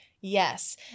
yes